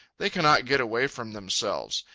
they cannot get away from themselves.